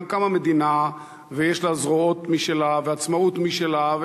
גם קמה מדינה, ויש לה זרועות משלה ועצמאות משלה.